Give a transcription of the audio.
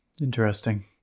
Interesting